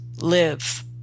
live